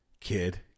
Kid